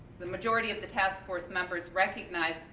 the majority of the task force members recognize,